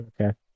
Okay